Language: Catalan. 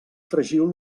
fregiu